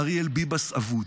אריאל ביבס אבוד.